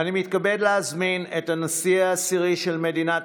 אני מתכבד להזמין את הנשיא העשירי של מדינת